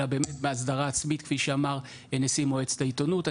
אלא בהסדרה עצמית כפי שאמר נשיא מועצת העיתונות.